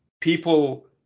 people